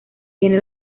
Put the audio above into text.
tiene